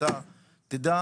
אתה תדע